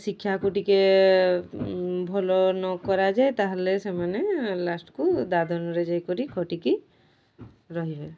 ଶିକ୍ଷାକୁ ଟିକିଏ ଭଲ ନ କରାଯାଏ ତା'ହେଲେ ସେମାନେ ଲାଷ୍ଟ୍କୁ ଦାଦନରେ ଯାଇକରି ଖଟିକି ରହିବେ